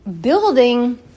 building